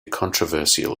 controversial